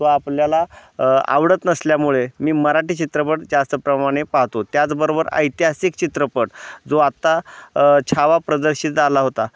तो आपल्याला आवडत नसल्यामुळे मी मराठी चित्रपट जास्त प्रमाणे पाहतो त्याचबरोबर ऐतिहासिक चित्रपट जो आता छावा प्रदर्शित आला होता